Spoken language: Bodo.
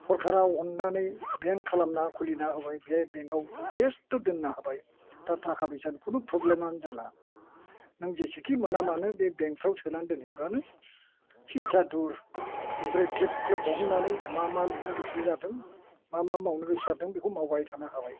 सरकारा अन्नानै बेंक खालामना खुलिना होबाय बे बेंकआव जथेसस्थ' दोननो हाबाय दा थाखा फैसानि खुनु प्रब्लेमानो जाला नों जेसेखि मोना मानो बे बेंकफोराव सोनानै दोनहैबानो सिन्था दुर बेनिफ्राय ख्लेब ख्लेब दिहुननानै मा मा लुनो गोसो जादों मा मा मावनो गोसो जादों बेखौ मावबाय थानो हाबाय